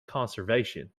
conservation